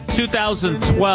2012